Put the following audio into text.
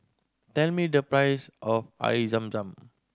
tell me the price of Air Zam Zam